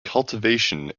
cultivation